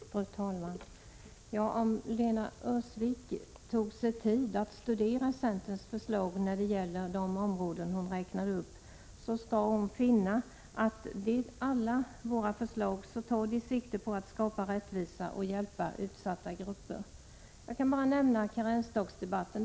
Fru talman! Om Lena Öhrsvik tar sig tid att studera centerns förslag när det gäller de områden hon tog upp, skall hon finna, att vi i alla våra förslag tar sikte på att skapa rättvisa och hjälpa utsatta grupper. Jag kan bara nämna karensdagsdebatten.